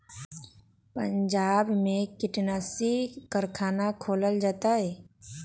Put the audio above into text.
पंजाब में कीटनाशी कारखाना खोलल जतई